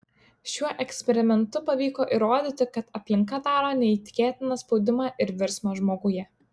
šiuo eksperimentu pavyko įrodyti kad aplinka daro neįtikėtiną spaudimą ir virsmą žmoguje